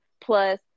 plus